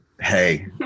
hey